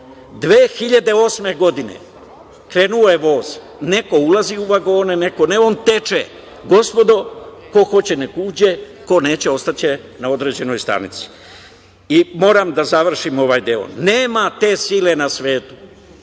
2008. godine, neko ulazi u vagone, neko ne, on teče. Gospodo, ko hoće nek uđe, ko neće ostaće na određenoj stanici. Moram da završim ovaj deo. Nema te sile na svetu